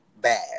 bad